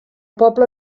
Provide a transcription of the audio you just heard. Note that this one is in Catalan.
poble